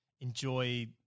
enjoy